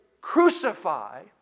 crucify